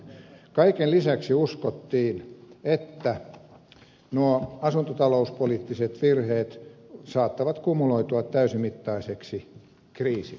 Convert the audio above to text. kaiken lisäksi uskottiin että nuo asuntotalouspoliittiset virheet saattavat kumuloitua täysimittaiseksi kriisiksi